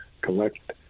collect